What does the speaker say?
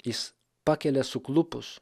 jis pakelia suklupus